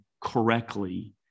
correctly